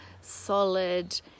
solid